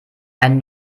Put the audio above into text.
einen